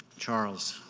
charles,